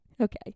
Okay